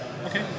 Okay